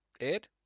Ed